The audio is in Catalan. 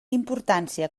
importància